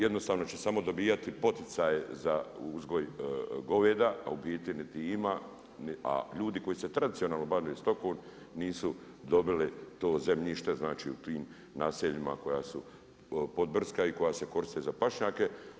Jednostavno će samo dobivati poticaje za uzgoj goveda, a u biti niti ima, a ljudi koji se tradicionalno bave stokom, nisu dobile to zemljište, znači u tim nasiljima koja su pod brdska i koja se koriste za pašnjake.